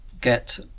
get